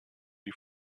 die